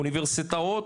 האוניברסיטאות,